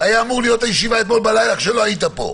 שהישיבה הייתה אמורה להיות אתמול בלילה כשלא היית פה.